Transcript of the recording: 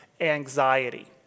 anxiety